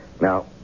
Now